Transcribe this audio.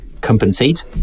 compensate